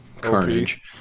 carnage